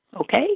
Okay